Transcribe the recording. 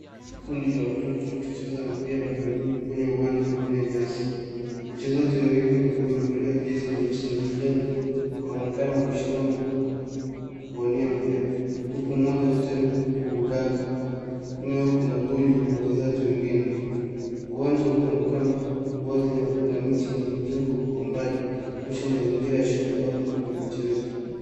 Kundi la watoto wakicheza mpira wa miguu kwenye uwanja wenye nyasi, wachezaji wawili wakuu wamevalia jezi nyeusi na kijana waonekana wakishindana kuwania mpira. Huku mmoja akijaribu kuudaka. Nyuma yao kuna goli na wachezaji wengine. Uwanja unaonekana wazi na kuna miti na majengo kwa umbali, inaonyesha mazingira ya shule au klabu ya michezo.